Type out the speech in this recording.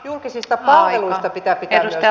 julkisista palveluista pitää erikseen